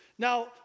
Now